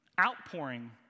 outpouring